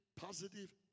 positive